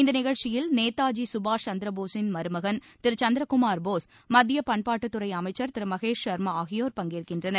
இந்த நிகழ்ச்சியில் நேதாஜி கபாஷ் சந்திரபோஸின் மருமகன் திரு சந்திரகுமார் போஸ் மத்திய பண்பாட்டுத்துறை அமைச்சர் திரு மகேஷ் சர்மா ஆகியோர் பங்கேற்கின்றனர்